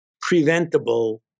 preventable